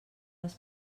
les